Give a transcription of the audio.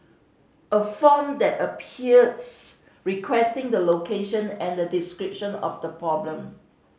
a form then appears requesting the location and a description of the problem